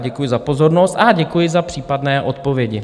Děkuji za pozornost a děkuji za případné odpovědi.